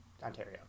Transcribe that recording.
Ontario